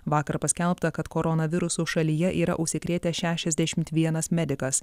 vakar paskelbta kad koronavirusu šalyje yra užsikrėtę šešiasdešimt vienas medikas